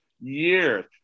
years